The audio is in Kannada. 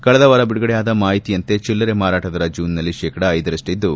ಕಳೆದ ವಾರ ಬಿಡುಗಡೆಯಾದ ಮಾಹಿತಿಯಂತೆ ಚಿಲ್ಲರೆ ಮಾರಾಟ ದರ ಜೂನ್ನಲ್ಲಿ ಶೇಕಡ ನ್ರಷ್ಟಿದ್ದು